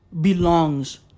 belongs